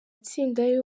afite